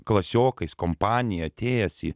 klasiokais kompanija atėjęs į